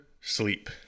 Sleep